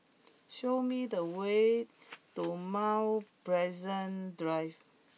show me the way to Mount Pleasant Drive